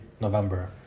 November